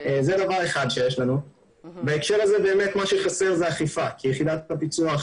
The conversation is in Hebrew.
מה שחסר בהקשר הזה הוא אכיפה כי יחידת הפיצו"ח